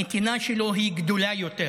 הנתינה שלו גדולה יותר.